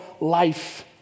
life